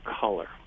color